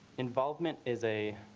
involvement is a